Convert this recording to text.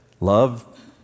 Love